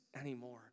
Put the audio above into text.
anymore